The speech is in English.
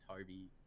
Toby